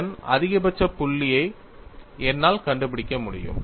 இதன் அதிகபட்ச புள்ளியை என்னால் கண்டுபிடிக்க முடியும்